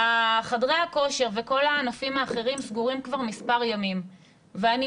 חדרי הכושר וכל הענפים האחרים סגורים כבר מספר ימים ואני